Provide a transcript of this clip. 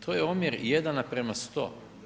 To je omjer 1:100.